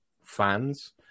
fans